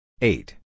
Eight